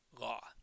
law